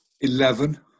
Eleven